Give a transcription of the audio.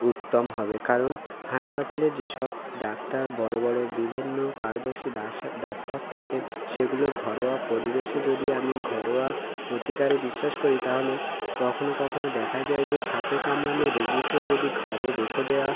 উত্তম হবে কারণ হাসপাতালে যেসব ডাক্তার বড় বড় বিভিন্ন পারদর্শী ডাক্তার থাকেন সেগুলো ঘরোয়া পরিবেশে যদি আমি ঘরোয়া প্রতিকারে বিশ্বাস করি তাহলে কখনও কখনও দেখা যায় যে সাপে কামড়ানো রোগীকে যদি ঘরে রেখে দেওয়া